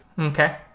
Okay